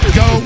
go